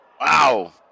Wow